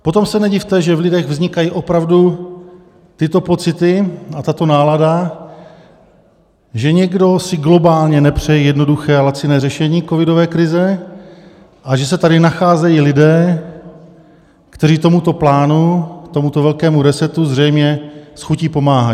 Potom se nedivte, že v lidech vznikají opravdu tyto pocity a tato nálada, že někdo si globálně nepřeje jednoduché a laciné řešení covidové krize a že se tady nacházejí lidé, kteří tomuto plánu, tomuto velkému resetu, zřejmě s chutí pomáhají.